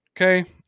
Okay